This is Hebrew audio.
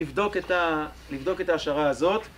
לבדוק את ה... לבדוק את ההשערה הזאת.